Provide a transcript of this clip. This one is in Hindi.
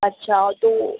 अच्छा तो